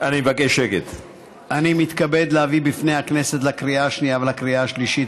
אני מתכבד להביא בפני הכנסת לקריאה השנייה ולקריאה השלישית,